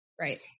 Right